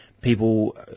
people